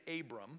Abram